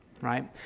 right